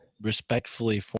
respectfully